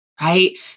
Right